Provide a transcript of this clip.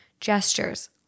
gestures